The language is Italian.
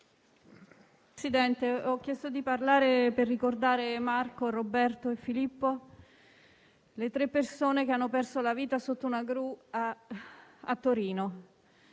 Presidente, ho chiesto la parola per ricordare Marco, Roberto e Filippo, le tre persone che hanno perso la vita sotto una gru a Torino.